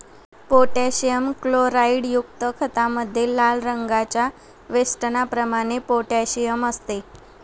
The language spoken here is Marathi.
पोटॅशियम क्लोराईडयुक्त खतामध्ये लाल रंगाच्या वेष्टनाप्रमाणे पोटॅशियम असते